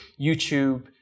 youtube